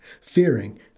fearing